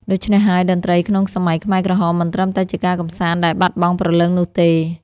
ដូច្នេះហើយ តន្ត្រីក្នុងសម័យខ្មែរក្រហមមិនត្រឹមតែជាការកម្សាន្តដែលបាត់បង់ព្រលឹងនោះទេ។